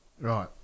Right